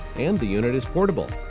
and the unit is portable.